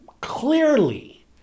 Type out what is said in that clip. clearly